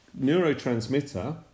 neurotransmitter